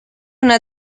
una